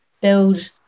build